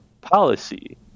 policy